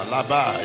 Laba